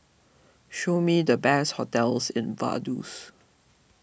show me the best hotels in Vaduz